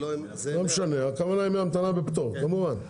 לא משנה, הכוונה היא מההמתנה בפטור, כמובן.